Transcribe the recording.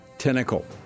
tentacle